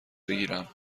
بگیرم